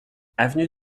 avenue